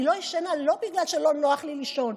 אני לא ישנה לא בגלל שלא נוח לי לישון,